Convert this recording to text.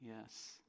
Yes